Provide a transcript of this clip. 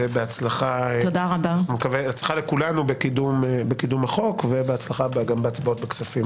בהצלחה לכולנו בקידום החוק ובהצלחה גם בהצבעות בוועדת כספים.